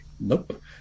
Nope